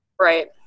right